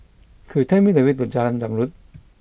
could tell me the way to Jalan Zamrud